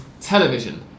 television